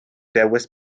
dewis